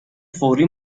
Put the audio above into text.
فوری